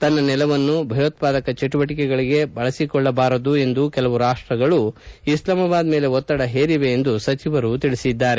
ತನ್ನ ನೆಲವನ್ನು ಭಯೋತ್ವಾದಕ ಚಟುವಟಿಕೆಗಳಿಗೆ ಬಳಸಿಕೊಳ್ಳಬಾರದು ಎಂದು ಕೆಲವು ರಾಷ್ಷಗಳು ಇಸ್ಲಾಮಾಬಾದ್ ಮೇಲೆ ಒತ್ತಡ ಹೇರಿವೆ ಎಂದು ಅವರು ಹೇಳಿದ್ದಾರೆ